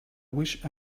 wished